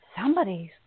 Somebody's